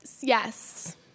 Yes